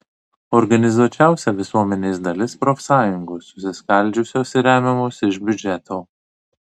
organizuočiausia visuomenės dalis profsąjungos susiskaldžiusios ir remiamos iš biudžeto